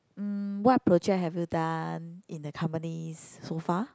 mm what project have you done in the companies so far